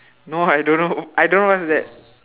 no I don't know I don't know what's that